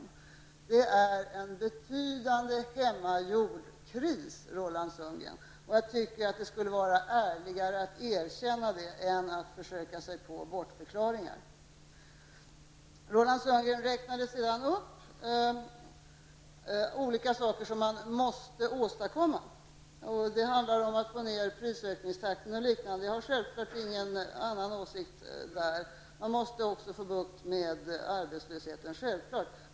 Det är en betydande hemmagjord kris, Roland Sundgren. Det vore ärligare att erkänna det än att komma med bortförklaringar. Roland Sundgren räknade upp olika saker som måste åstadkommas. Det handlade bl.a. om att få ned prisökningstakten. Jag har självklart ingen annan åsikt på den punkten. Givetvis gäller det också att få bukt med arbetslösheten.